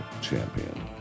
champion